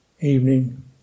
evening